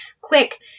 quick